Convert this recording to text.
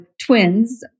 twins